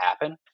happen